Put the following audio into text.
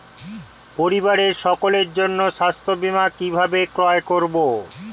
পরিবারের সকলের জন্য স্বাস্থ্য বীমা কিভাবে ক্রয় করব?